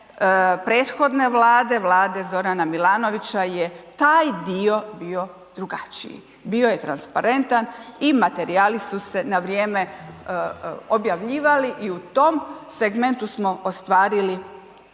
prethodne Vlade, Vlade Zorana Milanovića je taj dio bio drugačiji. Bio je transparentan i materijali su se na vrijeme objavljivali i u tom segmentu smo ostvarili